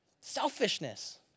selfishness